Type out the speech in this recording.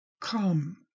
Come